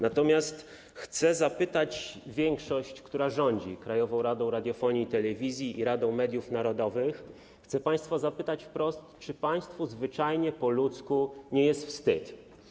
Natomiast chcę zapytać większość, która rządzi Krajową Radą Radiofonii i Telewizji i Radą Mediów Narodowych, chcę zapytać państwa wprost, czy państwu zwyczajnie, po ludzku nie jest wstyd.